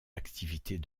activités